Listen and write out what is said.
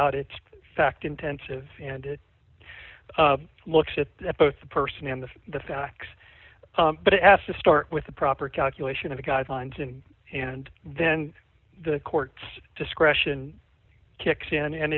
out it's fact intensive and looks at both the person and the the facts but it has to start with the proper calculation of the guidelines and and then the court's discretion kicks in and